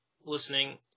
listening